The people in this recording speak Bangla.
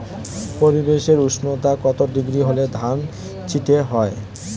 পরিবেশের উষ্ণতা কত ডিগ্রি হলে ধান চিটে হয়?